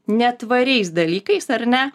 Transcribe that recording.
netvariais dalykais ar ne